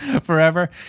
forever